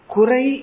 Kurai